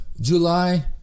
July